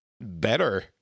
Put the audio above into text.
better